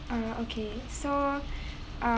alright okay so uh